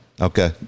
Okay